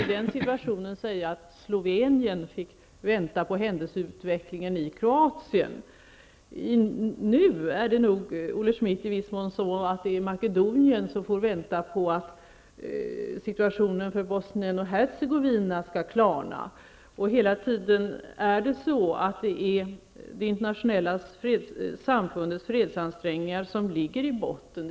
I det sammanhanget kan det sägas att Slovenien fick vänta på händelseutvecklingen i Kroatien. Nu är det i viss mån Makedonien som får vänta på att situationen i Bosnien-Hercegovina skall klarna. Hela tiden ligger det inernationella samfundets fredsansträngningar i botten.